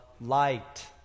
light